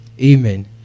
Amen